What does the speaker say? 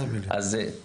200,000,000 ₪?